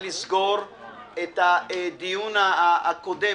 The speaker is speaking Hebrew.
לסגור את הדיון הקודם